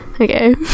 okay